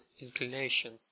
inclination